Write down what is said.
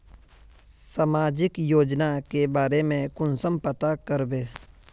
सामाजिक योजना के बारे में कुंसम पता करबे?